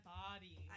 body